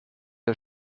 der